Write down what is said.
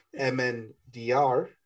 MNDR